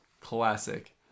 Classic